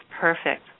perfect